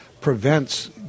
prevents